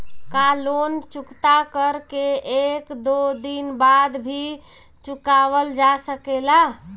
का लोन चुकता कर के एक दो दिन बाद भी चुकावल जा सकेला?